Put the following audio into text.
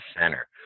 center